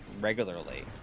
regularly